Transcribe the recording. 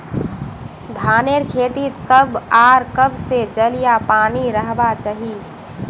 धानेर खेतीत कब आर कब से जल या पानी रहबा चही?